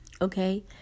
Okay